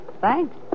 Thanks